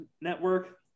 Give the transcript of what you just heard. network